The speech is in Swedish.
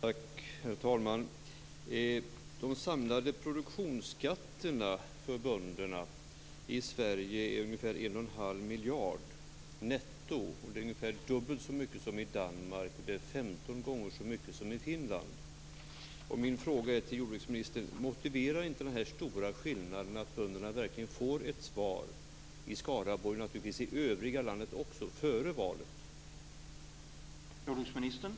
Herr talman! De samlade produktionsskatterna för bönderna i Sverige uppgår till ungefär 1,5 miljarder kronor netto. Det är ungefär dubbelt så mycket som i Danmark och 15 gånger mer än i Finland. Motiverar inte denna stora skillnad att bönderna i Skaraborg, och naturligtvis också i övriga landet, verkligen får ett svar före valet?